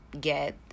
get